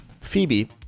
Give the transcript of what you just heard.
Phoebe